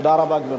תודה רבה, גברתי.